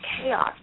chaos